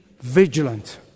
vigilant